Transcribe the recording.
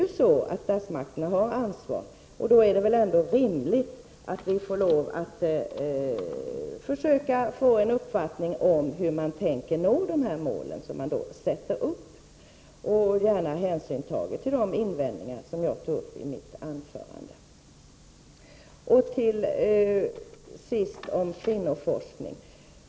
Men nu har statsmakterna ansvar, och då är det väl ändå rimligt att vi försöker få en uppfattning om hur regeringen tänker nå de mål den sätter upp, gärna med hänsyn tagen till de invändningar som jag tog upp i mitt anförande. Slutligen till frågan om kvinnoforskning.